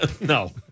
No